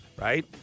right